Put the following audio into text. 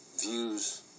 views